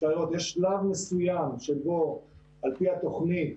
- יש שלב מסוים שבו על פי התוכנית,